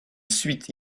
suit